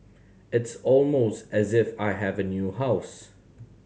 it's almost as if I have a new house